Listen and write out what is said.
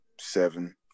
seven